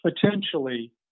potentially